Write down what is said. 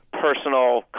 personal